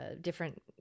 different